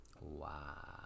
Wow